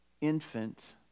infant